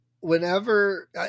Whenever